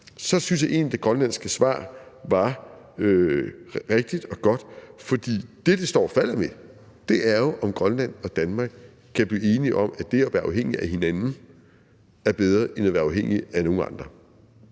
så synes jeg egentlig, at det grønlandske svar var rigtigt og godt. For det, det står og falder med, er jo, om Grønland og Danmark kan blive enige om, at det at være afhængige af hinanden er bedre end at være afhængig af nogle andre.